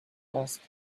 asked